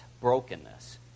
brokenness